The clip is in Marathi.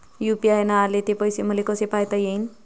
यू.पी.आय न आले ते पैसे मले कसे पायता येईन?